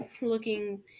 looking